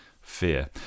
fear